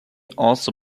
also